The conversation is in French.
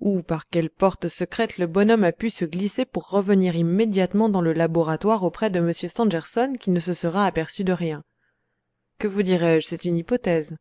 ou par quelle porte secrète le bonhomme a pu se glisser pour revenir immédiatement dans le laboratoire auprès de m stangerson qui ne se sera aperçu de rien que vous dirais-je c'est une hypothèse